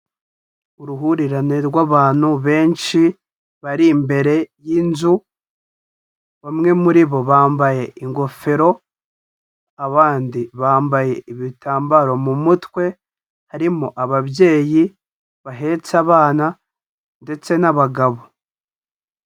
Uruhurirane rw'abantu benshi bari imbere y'inzu, bamwe muri bo bambaye ingofero, abandi bambaye ibitambaro mu mutwe, harimo ababyeyi bahetse abana ndetse n'abagabo.